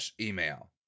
email